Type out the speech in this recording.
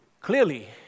Clearly